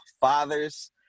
fathers